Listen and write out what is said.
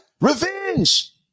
revenge